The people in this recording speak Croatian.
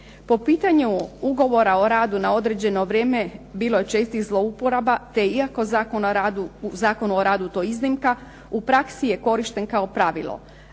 Po pitanju ugovora o radu na određeno vrijeme bilo je čestih zlouporaba te iako je u Zakonu o radu to iznimka u praksi je korišten kao pravilo.